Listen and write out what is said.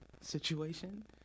situation